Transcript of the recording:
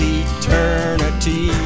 eternity